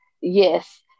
Yes